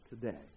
today